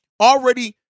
already